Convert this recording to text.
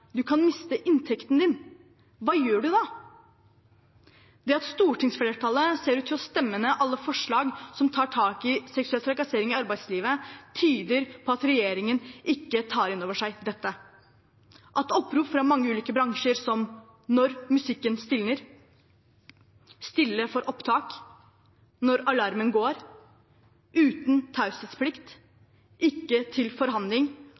Du kan miste inntekten din. Hva gjør du da? Det at stortingsflertallet ser ut til å stemme ned alle forslag som tar tak i seksuell trakassering i arbeidslivet, tyder på at regjeringen ikke tar dette inn over seg, og at opprop fra mange ulike bransjer – som